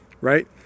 right